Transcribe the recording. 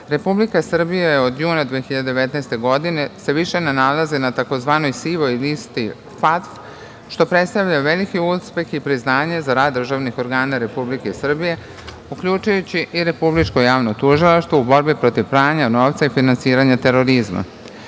Republika Srbija se od juna 2019. godine više ne nalazi na tzv. sivoj listi FATF, što predstavlja veliki uspeh i priznanje za rad državnih organa Republike Srbije, uključujući i Republičko javno tužilaštvo, u borbi protiv pranja novca i finansiranja terorizma. Kao